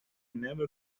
never